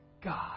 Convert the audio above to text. God